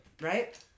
right